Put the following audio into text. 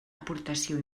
aportació